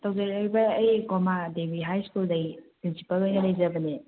ꯇꯧꯖꯔꯛꯏꯕ ꯑꯩ ꯒꯣꯃꯥ ꯗꯦꯚꯤ ꯍꯥꯏ ꯁ꯭ꯀꯨꯜꯗꯩ ꯄ꯭ꯔꯤꯟꯁꯤꯄꯜ ꯑꯣꯏꯅ ꯂꯩꯖꯕꯅꯦ